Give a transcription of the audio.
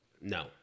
No